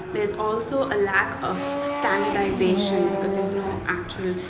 there's also a lack of standardization because there's no actual,